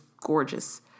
gorgeous